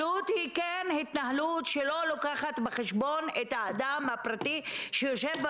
עוד מחכה לנו מבחינת שאר המטפלות ושאר המענקים.